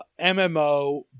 MMO